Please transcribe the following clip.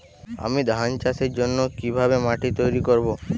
আমি ধান চাষের জন্য কি ভাবে মাটি তৈরী করব?